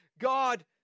God